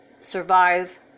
survive